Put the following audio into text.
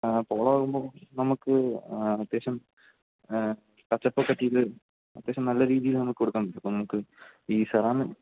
ആ പോളോ ആകുമ്പം നമുക്ക് അത്യാവശ്യം ടച്ചപ്പക്കെ ചെയ്ത് തരും അത്യാവശ്യം നല്ല രീതിയിൽ നമുക്ക് കൊടുക്കാൻ പറ്റും ഇപ്പം നമുക്ക് ഈ സെറ